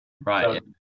Right